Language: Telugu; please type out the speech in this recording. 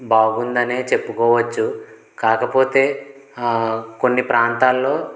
బాగుందనే చెప్పుకోవచ్చు కాకపోతే కొన్ని ప్రాంతాల్లో